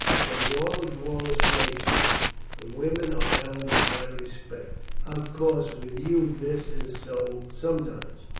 among all the gaulish nations the women are held in high respect. of course with you this is so sometimes.